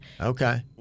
Okay